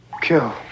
Kill